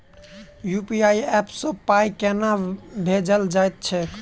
UPI app सँ पाई केना भेजल जाइत छैक?